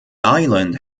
island